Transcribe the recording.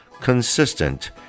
consistent